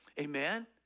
Amen